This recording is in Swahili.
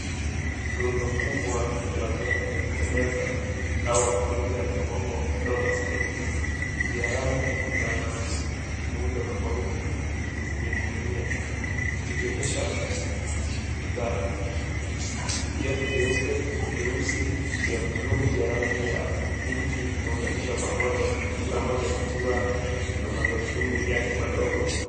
Rundo kubwa la viatu la kuteleza au kwa lugha ya kimombo roller skates vya rangi na muundo tofauti zimening'inia vikionyesha bidhaa. Viatu vyeupe, vyeusi, vya bluu, vya rangi ya pinki vimeunganishwa pamoja kila moja kikiwa na magurudumu yake madogo.